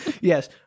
Yes